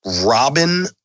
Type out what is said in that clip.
Robin